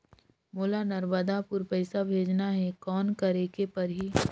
मोला नर्मदापुर पइसा भेजना हैं, कौन करेके परही?